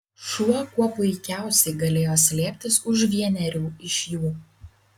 šuo kuo puikiausiai galėjo slėptis už vienerių iš jų